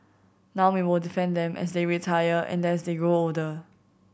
now we will defend them as they retire and as they grow older